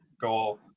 goal